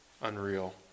unreal